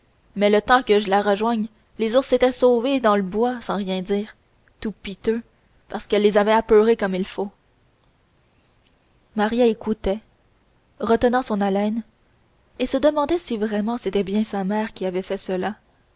mais le temps que je la rejoigne les ours s'étaient sauvés dans le bois sans rien dire tout piteux parce qu'elle les avait apeurés comme il faut maria écoutait retenant son haleine et se demandant si vraiment c'était bien sa mère qui avait fait cela